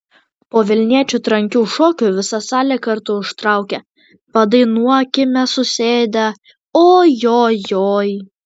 po vilniečių trankių šokių visa salė kartu užtraukė padainuokime susėdę o jo joj